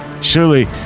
surely